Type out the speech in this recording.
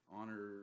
Honor